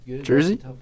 Jersey